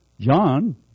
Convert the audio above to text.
John